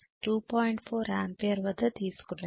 4 ampere వద్ద తీస్కున్నది